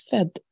Fed